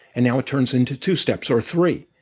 and now it turns into two steps or three.